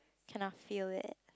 cannot feel it